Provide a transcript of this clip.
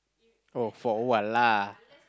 oh for what lah